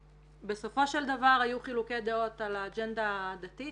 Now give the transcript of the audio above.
בסופו של דבר היו חילוקי דעות על האג'נדה הדתית